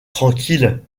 tranquille